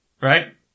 Right